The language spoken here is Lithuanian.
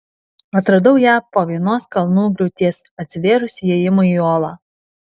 atradau ją po vienos kalnų griūties atsivėrus įėjimui į olą